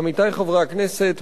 עמיתי חברי הכנסת,